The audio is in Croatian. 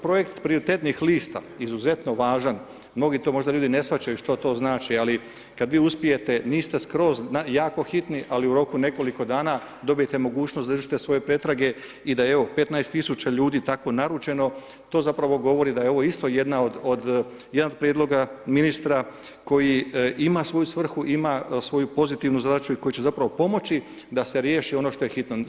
Projekt prioritetnih lista izuzetno važan, mnogi možda ljudi ne shvaćaju što to znači, ali kada vi uspijete, niste skroz jako hitni, ali u roku nekoliko dana dobijete mogućnost da izvršite svoje pretrage i da evo, 15 tisuća ljudi tako naručeno, to zapravo govori da je ovo isto jedna od, jedan od prijedloga ministra koji ima svoju svrhu, ima svoju pozitivnu zadaću i koji će zapravo pomoći da se riješi ono što je hitno.